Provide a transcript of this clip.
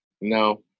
No